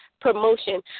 promotion